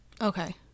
Okay